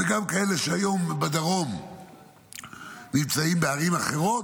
וגם כאלה שהיום בדרום נמצאים בערים אחרות,